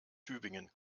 tübingen